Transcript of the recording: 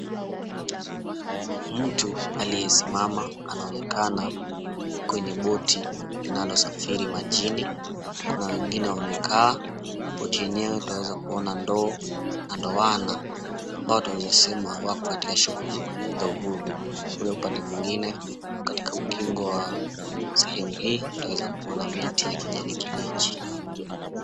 Mtu aliyesimama anaonekana kwenye boti linalosafiri majini, kuna wengine wamekaa. boti yenyewe twaweza kuona ndoo na ndoana ambayo twaweza kusema wako katika shughuli za uvuvi. Kule upande mwingine katika ukingo wa sehemu hii twaweza kuona miti ya kijani kibichi.